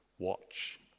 Watch